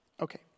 Okay